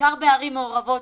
בעיקר בערים מעורבות,